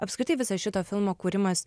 apskritai viso šito filmo kūrimas